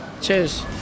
Cheers